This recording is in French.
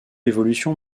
évolution